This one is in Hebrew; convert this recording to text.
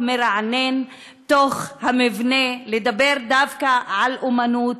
מרענן בתוך המבנה לדבר דווקא על אמנות,